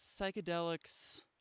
psychedelics